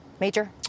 Major